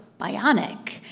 Bionic